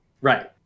right